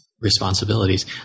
Responsibilities